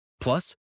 Plus